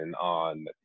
on